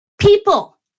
people